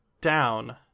down